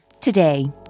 Today